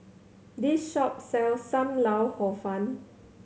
this shop sells Sam Lau Hor Fun